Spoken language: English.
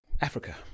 Africa